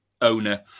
owner